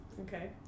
Okay